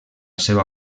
seva